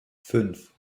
fünf